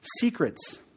secrets